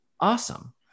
Awesome